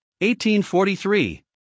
1843